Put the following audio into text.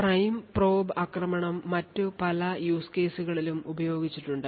prime probe ആക്രമണം മറ്റ് പല use case കളിലും ഉപയോഗിച്ചിട്ടുണ്ട്